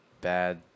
bad